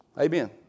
Amen